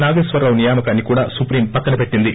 నాగేశ్వరరావు నియామకాన్ని కూడా సుప్రీం పక్కన పెట్టింది